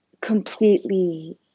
completely